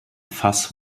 fass